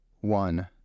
one